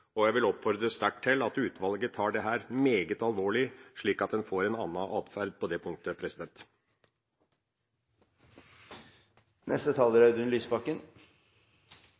Jeg vil sterkt oppfordre til at utvalget tar dette meget alvorlig, slik at man får en annen atferd på det punktet.